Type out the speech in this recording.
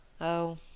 Oh